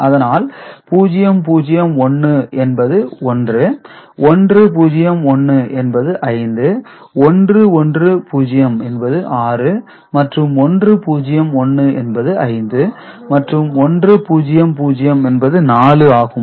அதனால் 001 என்பது 1 101 என்பது 5 110 என்பது 6 மற்றும் 101 என்பது 5 மற்றும் 100 என்பது 4 ஆகும்